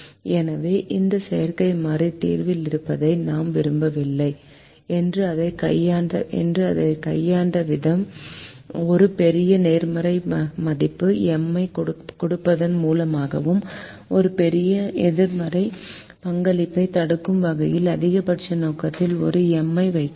எனவே இந்த செயற்கை மாறி தீர்வில் இருப்பதை நாம் விரும்பவில்லை என்றும் அதைக் கையாண்ட விதம் ஒரு பெரிய நேர்மறை மதிப்பு M ஐக் கொடுப்பதன் மூலமாகவும் ஒரு பெரிய எதிர்மறை பங்களிப்பைத் தடுக்கும் வகையில் அதிகபட்ச நோக்கத்தில் ஒரு M ஐ வைக்கிறோம்